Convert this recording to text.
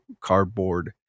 cardboard